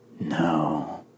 no